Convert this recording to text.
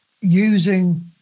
using